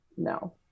no